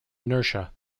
inertia